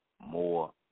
more